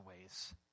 ways